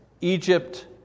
Egypt